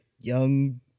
young